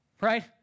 right